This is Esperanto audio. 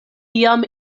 iam